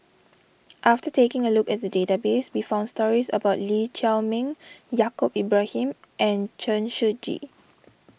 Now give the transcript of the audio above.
after taking a look at the database we found stories about Lee Chiaw Meng Yaacob Ibrahim and Chen Shiji